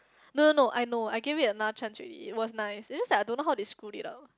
no no no I know I gave it another chance already it was nice is just that I don't know how they screwed it up